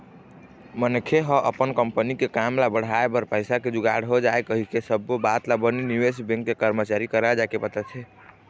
मनखे ह अपन कंपनी के काम ल बढ़ाय बर पइसा के जुगाड़ हो जाय कहिके सब्बो बात ल बने निवेश बेंक के करमचारी करा जाके बताथे